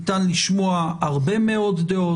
ניתן לשמוע הרבה מאוד דעות,